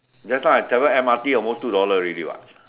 just now I travel M_R_T almost two dollar already what